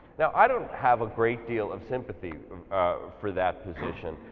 now i don't have a great deal of sympathy for that position,